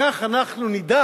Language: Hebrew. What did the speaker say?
כך אנחנו נדע